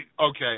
okay